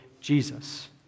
Jesus